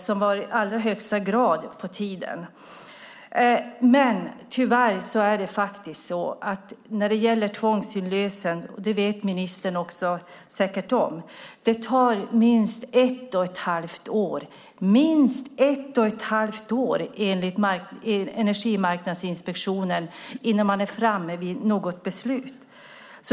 Det var i allra högsta grad på tiden. Men när det gäller tvångsinlösen - det vet ministern säkert också om - tar det tyvärr minst ett och ett halvt år, enligt Energimarknadsinspektionen, innan man är framme vid något beslut.